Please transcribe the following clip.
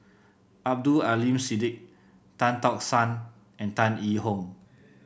Abdul Aleem Siddique Tan Tock San and Tan Yee Hong